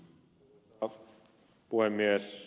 arvoisa puhemies